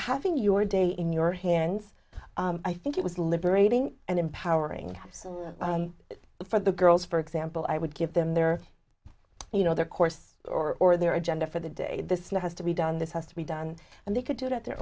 having your day in your hands i think it was liberating and empowering so for the girls for example i would give them their you know their course or or their agenda for the day this now has to be done this has to be done and they could do it at their